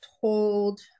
told